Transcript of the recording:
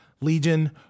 Legion